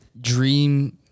dream